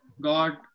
God